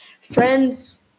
friends